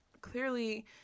clearly